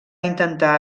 intentar